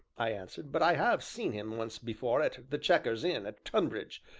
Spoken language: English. i answered, but i have seen him once before at the chequers inn at tonbridge,